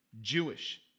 Jewish